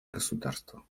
государства